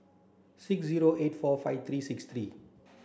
six zero eight four five three six three